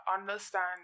understand